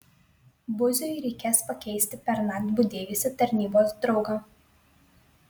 buziui reikės pakeisti pernakt budėjusį tarnybos draugą